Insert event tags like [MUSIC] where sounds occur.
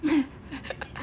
[LAUGHS]